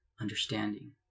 understanding